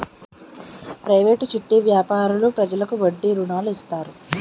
private చిట్టి వ్యాపారులు ప్రజలకు వడ్డీకి రుణాలు ఇస్తారు